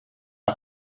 aus